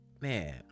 man